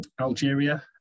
Algeria